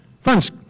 Friends